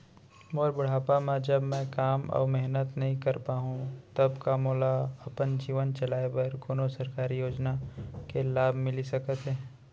मोर बुढ़ापा मा जब मैं काम अऊ मेहनत नई कर पाहू तब का मोला अपन जीवन चलाए बर कोनो सरकारी योजना के लाभ मिलिस सकत हे?